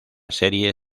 serie